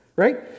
right